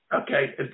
Okay